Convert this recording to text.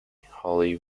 holly